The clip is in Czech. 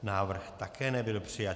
Návrh také nebyl přijat.